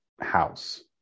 house